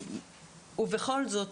בכל זאת,